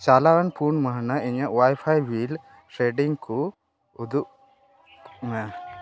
ᱪᱟᱞᱟᱣᱭᱮᱱ ᱯᱩᱱ ᱢᱟᱹᱦᱟᱹᱱᱟᱹ ᱤᱧᱟᱹᱜ ᱳᱣᱟᱭᱼᱯᱷᱟᱭ ᱵᱤᱞ ᱨᱮᱰᱤᱝ ᱠᱚ ᱩᱫᱩᱜ ᱢᱮ